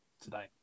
today